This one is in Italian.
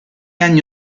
anni